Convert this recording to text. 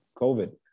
COVID